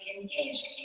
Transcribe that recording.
engaged